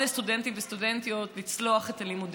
סטודנטים וסטודנטיות לצלוח את הלימודים.